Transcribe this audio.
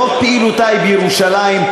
רוב פעילותה היא בירושלים,